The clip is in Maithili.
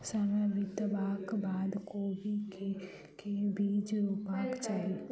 समय बितबाक बाद कोबी केँ के बीज रोपबाक चाहि?